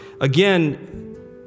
again